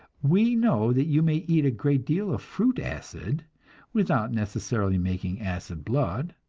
we know that you may eat a great deal of fruit acid without necessarily making acid blood.